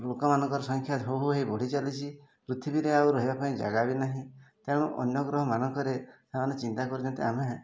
ଲୋକମାନଙ୍କର ସଂଖ୍ୟା ହୁ ହୁ ହେଇ ବଢ଼ି ଚାଲିଛି ପୃଥିବୀରେ ଆଉ ରହିବା ପାଇଁ ଜାଗା ବି ନାହିଁ ତେଣୁ ଅନ୍ୟ ଗ୍ରହମାନଙ୍କରେ ସେମାନେ ଚିନ୍ତା କରିଛନ୍ତି ଆମେ